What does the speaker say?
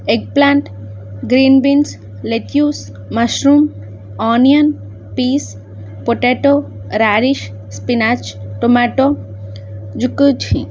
egg plant green beans lettuce mushroom onion peas potato radish spinach tomato zucchini